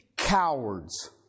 cowards